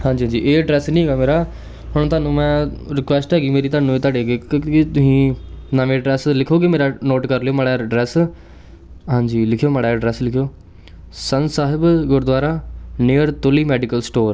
ਹਾਂਜੀ ਜੀ ਇਹ ਅਡਰੈਸ ਨਹੀਂ ਹੈਗਾ ਮੇਰਾ ਹੁਣ ਤੁਹਾਨੂੰ ਮੈਂ ਰਿਕਐਸਟ ਹੈਗੀ ਮੇਰੀ ਤੁਹਾਨੂੰ ਤੁਹਾਡੇ ਅੱਗੇ ਕਿਉਂਕਿ ਤੁਸੀਂ ਨਵੇਂ ਅਡਰੈਸ ਲਿਖੋਂਗੇ ਮੇਰਾ ਨੋਟ ਕਰ ਲਿਓ ਮਾੜਾ ਜਿਹਾ ਅਡਰੈਸ ਹਾਂਜੀ ਲਿਖਿਓ ਮਾੜਾ ਜਿਹਾ ਅਡਰੈਸ ਲਿਖਿਓ Sann Sahib gurdwara near Tuli medical store